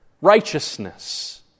Righteousness